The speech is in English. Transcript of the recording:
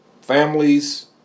families